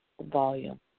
volume